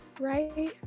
right